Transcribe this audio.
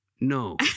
no